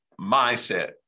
mindset